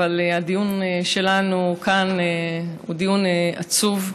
אבל הדיון שלנו כאן הוא דיון עצוב,